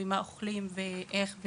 מה אוכלים ואיך,